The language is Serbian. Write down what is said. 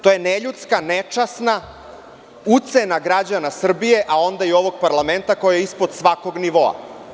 To je neljudska, nečasna ucena građana Srbije, a onda i ovog parlamenta, koja je ispod svakog nivoa.